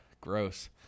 gross